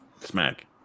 Smack